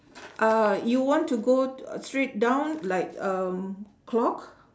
uhh you want to go t~ straight down like um clock